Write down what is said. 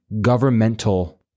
governmental